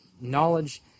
knowledge